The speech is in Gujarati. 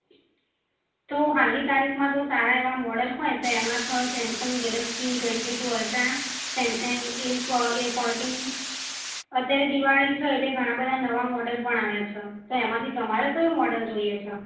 તો હાલની તારીખમાં તો સારા એવાં મોડલ હોય તો એમાં છે Samsung Galaxy twenty two Ultra Samsung A ફ એ ફોર્ટીન અત્યારે દિવાળી છે એટલે ઘણાં બધા નવાં મોડલ પણ આવ્યાં છે તો એમાંથી તમારે કયું મોડેલ જોઈએ છે